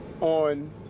on